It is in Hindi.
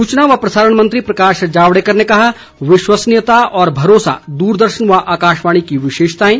सूचना व प्रसारण मंत्री प्रकाश जावड़ेकर ने कहा विश्वसनीयता और भरोसा द्रदर्शन व आकाशवाणी की विशेषताएं